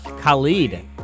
Khalid